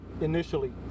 initially